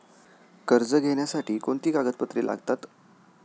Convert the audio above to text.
कर्ज घेण्यासाठी कोणती कागदपत्रे लागतात?